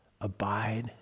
abide